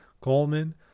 Coleman